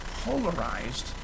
polarized